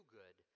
good